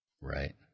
Right